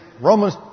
Romans